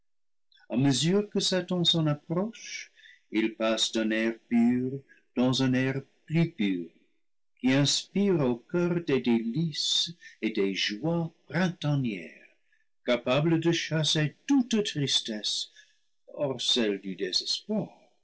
a mesure que satan s'en approche il passe d'un air pur dans un air plus pur qui inspire au coeur des délices et des joies printanières capables de chasser toute tristesse hors celle du désespoir